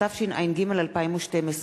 התשע"ג 2012,